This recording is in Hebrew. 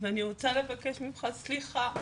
ואני רוצה לבקש ממך סליחה,